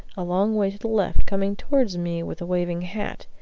a long way to the left, coming towards me with a waving hat.